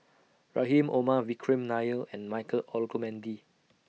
Rahim Omar Vikram Nair and Michael Olcomendy